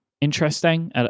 interesting